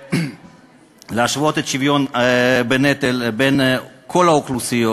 להשוות את השוויון בנטל בין כל האוכלוסיות,